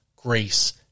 grace